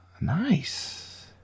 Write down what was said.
Nice